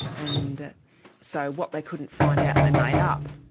and so what they couldn't find out, they made up.